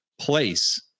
place